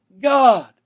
God